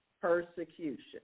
persecution